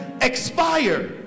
expire